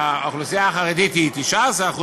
האוכלוסייה החרדית היא 19%,